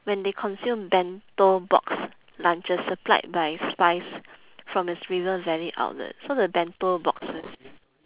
when they consumed bento box lunches supplied by spize from its river valley outlet so the bento boxes